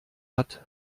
hat